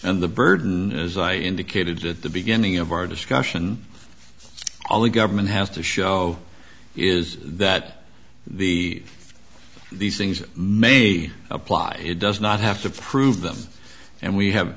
and the bird indicated at the beginning of our discussion all the government has to show is that the these things may apply it does not have to prove them and we have